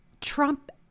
Trump